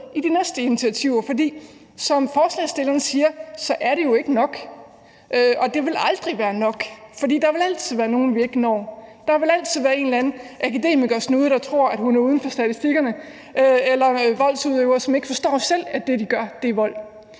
i de næste initiativer, for som forslagsstillerne siger, er det jo ikke nok, og det vil aldrig være nok, for der vil altid være nogle, vi ikke når. Der vil altid være af en eller anden akademikersnude, der tror, at hun er uden for statistikkerne, eller en voldsudøver, som ikke selv forstår, at det, vedkommende gør, er vold.